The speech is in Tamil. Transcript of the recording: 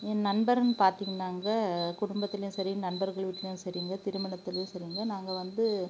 என் நண்பருன்னு பார்த்திங்கன்னாங்க குடும்பத்திலையும் சரி நண்பர்கள் வீட்டிலையும் சரிங்க திருமணத்திலையும் சரிங்க நாங்கள் வந்து